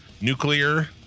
nuclear